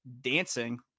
Dancing